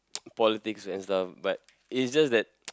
politics and stuff but it's just that